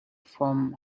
from